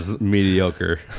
mediocre